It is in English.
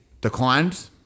Declined